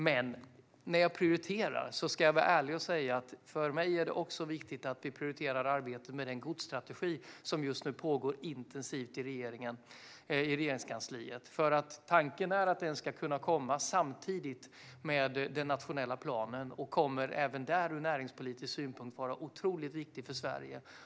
Men jag ska vara ärlig: För mig är det också viktigt att vi prioriterar arbetet med godsstrategin, som just nu pågår intensivt i Regeringskansliet. Tanken är nämligen att den ska kunna komma samtidigt med den nationella planen. Den kommer ur näringspolitisk synpunkt att vara otroligt viktig för Sverige.